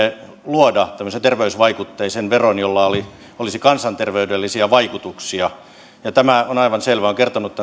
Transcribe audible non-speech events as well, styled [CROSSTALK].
luoda tämmöisen terveysvaikutteisen veron jolla olisi kansanterveydellisiä vaikutuksia tämä on aivan selvä olen kertonut [UNINTELLIGIBLE]